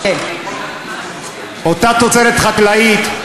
אותה תוצרת חקלאית,